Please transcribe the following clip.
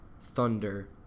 Thunder